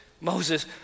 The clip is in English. Moses